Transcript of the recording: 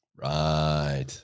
Right